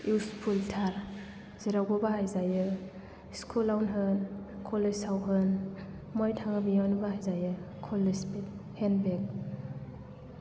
useful थार जेरावबो बाहाय जायो स्कुल आवनो होन कलेज आव होन जेराव थाङो बेयावनो बाहाय जायो कलेज फिट हेन्द बेग